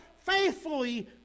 faithfully